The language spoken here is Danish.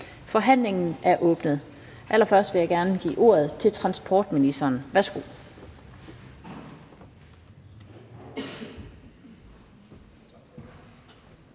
Forhandlingen er åbnet. Allerførst vil jeg gerne give ordet til transportministeren. Værsgo.